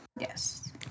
Yes